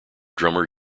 drummer